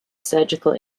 surgical